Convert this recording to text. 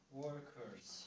workers